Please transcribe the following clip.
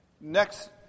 Next